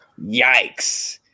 Yikes